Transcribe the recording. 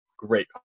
great